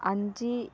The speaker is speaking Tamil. அஞ்சு